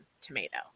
tomato